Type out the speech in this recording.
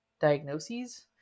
diagnoses